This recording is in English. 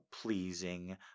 pleasing